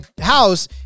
house